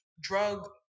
drug